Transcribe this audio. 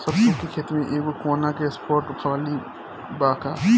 सरसों के खेत में एगो कोना के स्पॉट खाली बा का?